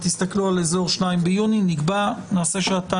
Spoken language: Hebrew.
נקבע מועד,